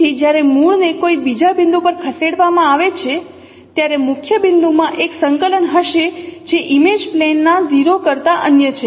તેથી જ્યારે મૂળને કોઈ બીજા બિંદુ પર ખસેડવામાં આવે છે ત્યારે મુખ્ય બિંદુમાં એક સંકલન હશે જે ઇમેજ પ્લેન ના 0 કરતાં અન્ય છે